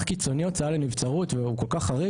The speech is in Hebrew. קיצוני הוצאה לנבצרות והוא כל כך חריג.